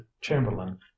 chamberlain